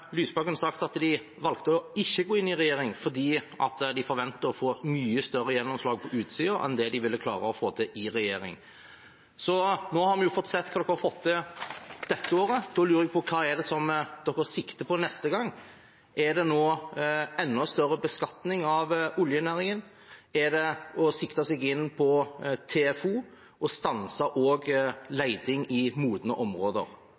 Lysbakken sagt at de valgte å ikke gå inn i regjering fordi de forventer å få et mye større gjennomslag på utsiden enn det de ville klare å få til i regjering. Nå har vi sett hva de har fått til dette året. Da lurer jeg på hva de sikter mot neste gang. Er det enda større beskatning av oljenæringen? Er det å sikte seg inn på TFO og også stanse leting i modne områder?